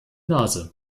nase